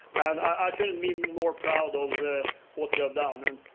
and i couldn't be more proud of what you have done. and